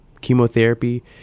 chemotherapy